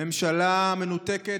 הממשלה המנותקת,